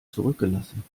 zurückgelassen